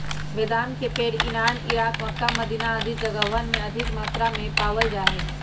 बेदाम के पेड़ इरान, इराक, मक्का, मदीना आदि जगहवन में अधिक मात्रा में पावल जा हई